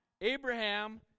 Abraham